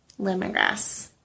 lemongrass